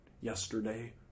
yesterday